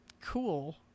cool